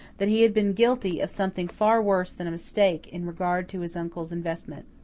that he had been guilty of something far worse than a mistake in regard to his uncle's investment.